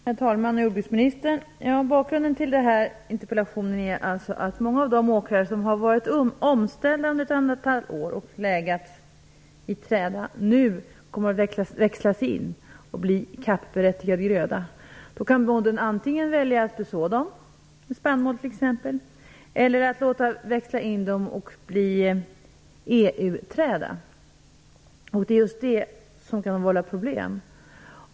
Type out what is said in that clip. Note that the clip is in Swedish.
Herr talman! Jordbruksministern! Bakgrunden till interpellationen är att många av de åkrar som har varit omställda under ett antal år och legat i träda nu kommer att växlas in och bli CAP-berättigad gröda. Bonden kan antingen välja att beså dem med t.ex. spannmål eller att låta växla in dem och låta det bli EU-träda. Det är just det som kan vålla problem.